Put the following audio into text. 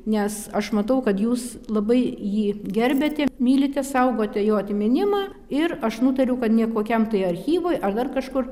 nes aš matau kad jūs labai jį gerbiate mylite saugote jo atminimą ir aš nutariau kad ne kokiam tai archyvui ar dar kažkur